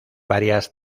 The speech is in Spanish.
varias